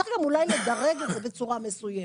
צריך גם אולי לדרג את זה בצורה מסוימת.